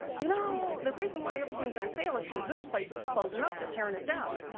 you know, the reason why everything's on sale it because this place is closing up there, tearing it down.